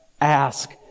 ask